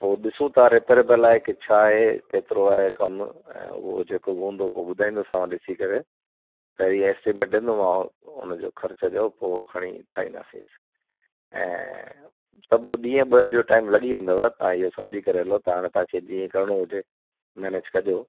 पोइ ॾिसूं था रिपेयरेबल आहे की छा आहे केतिरो आहे कमु ऐं उहो जेको हूंदो पोइ ॿुधाईंदोसांव ॾिसी करे त इहे एस्टीमेट ॾींदोमांव उनजो ख़र्च जो पोइ खणी ठाहींदासींसि ऐं त बि ॾींहं ॿ जो टाइम लॻी वेंदव तव्हां इहो सम्झी करे हलो त हाणे तव्हांखे जीअं करिणो हुजे मैनेज कजो